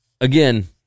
Again